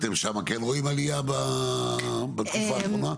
אתם שם כן רואים עלייה בתקופה האחרונה?